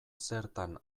zertan